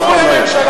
אף פעם לא היה.